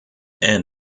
end